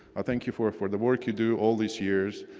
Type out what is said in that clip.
i thank you for for the work you do all these years.